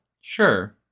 sure